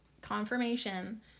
confirmation